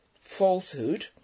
falsehood